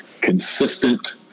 consistent